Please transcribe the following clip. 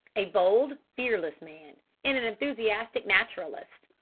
a bold, fearless man, and an enthusiastic naturalist.